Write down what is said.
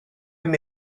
hyn